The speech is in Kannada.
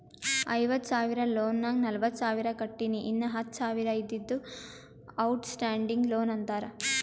ಐವತ್ತ ಸಾವಿರ ಲೋನ್ ನಾಗ್ ನಲ್ವತ್ತ ಸಾವಿರ ಕಟ್ಟಿನಿ ಇನ್ನಾ ಹತ್ತ ಸಾವಿರ ಇದ್ದಿದ್ದು ಔಟ್ ಸ್ಟ್ಯಾಂಡಿಂಗ್ ಲೋನ್ ಅಂತಾರ